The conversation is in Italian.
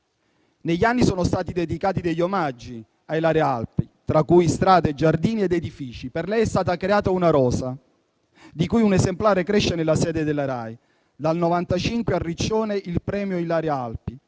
Negli anni sono stati dedicati degli omaggi a Ilaria Alpi, tra cui strade, giardini ed edifici. Per lei è stata creata una rosa, di cui un'esemplare cresce nella sede della Rai. Dal 1995 a Riccione il premio Ilaria Alpi